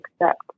accept